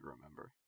remember